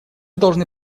должны